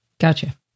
Gotcha